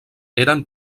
eren